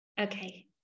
okay